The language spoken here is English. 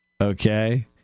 Okay